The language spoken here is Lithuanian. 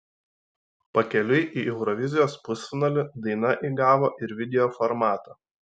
pakeliui į eurovizijos pusfinalį daina įgavo ir video formatą